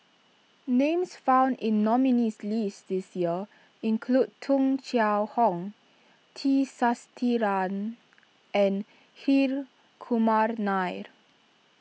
names found in nominees' list this year include Tung Chye Hong T Sasitharan and Hri Kumar Nair